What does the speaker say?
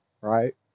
right